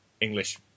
English